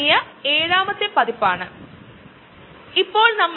എന്നാൽ Mabs വേണ്ടിയുള്ള ഇന്നത്തെ ആവശ്യകത കൂടുതൽ ആണ്